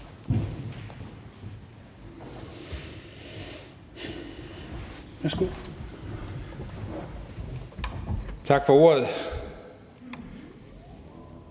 Tak for ordet.